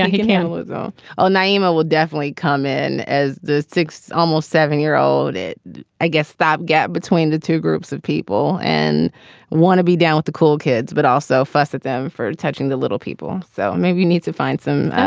he can handle it, though oh nyima will definitely come in as the six almost seven year old. i guess that gap between the two groups of people and want to be down with the cool kids, but also fuss at them for touching the little people. so maybe you need to find so them.